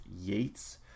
Yates